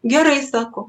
gerai sako